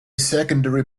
secondary